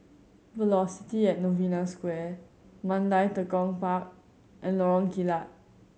Velocity at Novena Square Mandai Tekong Park and Lorong Kilat